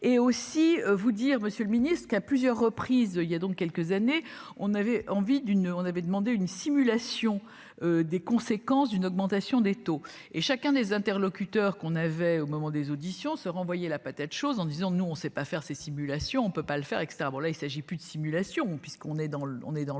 et aussi vous dire, Monsieur le Ministre, qu'à plusieurs reprises il y a donc quelques années, on avait envie d'une on avait demandé une simulation des conséquences d'une augmentation des taux et chacun des interlocuteurs qu'on avait au moment des auditions se renvoyer la patate chaude en disant nous on sait pas faire ses simulations, on ne peut pas le faire, et